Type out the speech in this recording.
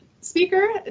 speaker